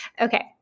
Okay